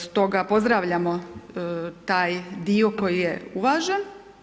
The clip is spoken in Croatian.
Stoga pozdravljamo taj dio koji je uvažen.